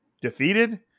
defeated